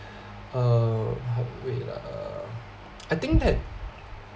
uh how wait ah I think that